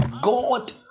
God